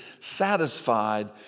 satisfied